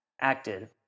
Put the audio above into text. acted